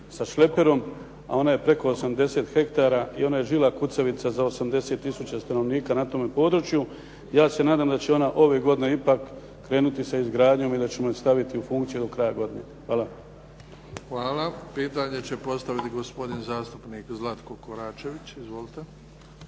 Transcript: sa šleperom, a ona je preko 80 hektara i ona je žila kucavica za 80 tisuća stanovnika na tome području. Ja se nadam da će ona ove godine ipak krenuti sa izgradnjom i da ćemo je staviti u funkciju do kraja godine. Hvala. **Bebić, Luka (HDZ)** Hvala. Pitanje će postaviti gospodin zastupnik Zlatko Koračević. Izvolite.